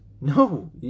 No